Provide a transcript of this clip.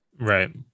Right